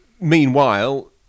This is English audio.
Meanwhile